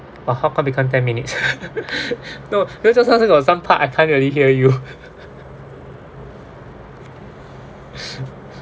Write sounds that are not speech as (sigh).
but how come become ten minutes (laughs) no because just now got some part I can't really hear you (laughs)